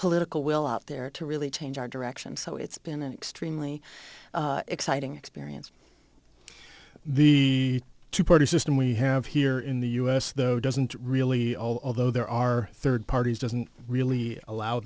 political will out there to really change our direction so it's been an extremely exciting experience the two party system we have here in the us though doesn't really although there are third parties doesn't really allow